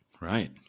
Right